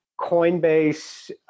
Coinbase